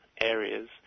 areas